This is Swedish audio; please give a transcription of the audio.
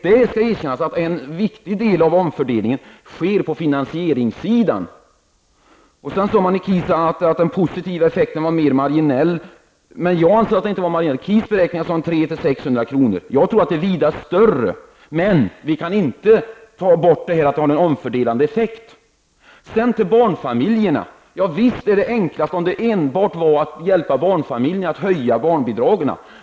Det skall erkännas att en viktig del av omfördelningen sker på finansieringssidan. Sedan sade man i KIS att den positiva effekten var mer marginell. Jag anser att den inte var marginell. KIS beräkningar sade att den var 300--600 kr. Jag tror att den är vida större. Men vi kan inte ta bort det faktum att det har en omfördelande effekt. Sedan till barnfamiljerna. Visst är det enklast att höja barnbidragen, om det enbart är fråga om att hjälpa barnfamiljerna.